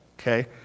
okay